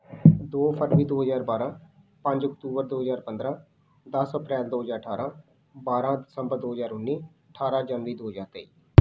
ਦੋ ਫਰਵਰੀ ਦੋ ਹਜ਼ਾਰ ਬਾਰਾਂ ਪੰਜ ਅਕਤੂਬਰ ਦੋ ਹਜ਼ਾਰ ਪੰਦਰਾਂ ਦਸ ਅਪ੍ਰੈਲ ਦੋ ਹਜ਼ਾਰ ਅਠਾਰਾਂ ਬਾਰਾਂ ਦਸੰਬਰ ਦੋ ਹਜ਼ਾਰ ਉੱਨੀ ਅਠਾਰਾਂ ਜਨਵਰੀ ਦੋ ਹਜ਼ਾਰ ਤੇਈ